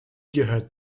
gehört